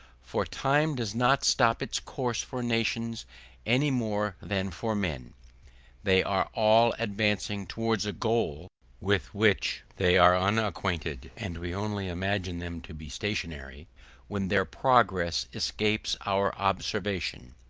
for time does not stop its course for nations any more than for men they are all advancing towards a goal with which they are unacquainted and we only imagine them to be stationary when their progress escapes our observation,